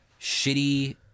shitty